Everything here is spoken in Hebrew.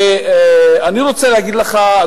אני רוצה להגיד לך,